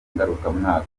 ngarukamwaka